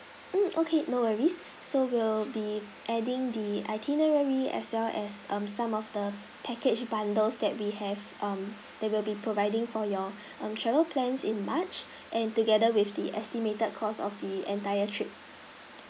mm okay no worries so we'll be adding the itinerary as well as err some of the package bundles that we have um that will be providing for your um travel plans in march and together with the estimated cost of the entire trip